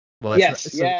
Yes